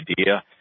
IDEA